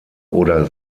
oder